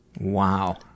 Wow